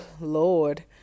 Lord